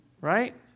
right